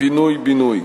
פינוי-בינוי.